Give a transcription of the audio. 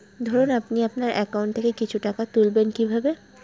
ধরুন আপনি আপনার একাউন্ট থেকে কিছু টাকা তুলবেন কিভাবে?